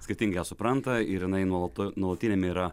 skirtingai ją supranta ir jinai nuolat nuolatiniam yra